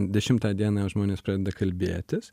dešimtą dieną žmonės pradeda kalbėtis